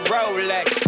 Rolex